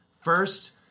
first